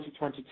2022